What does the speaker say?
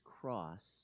cross